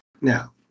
now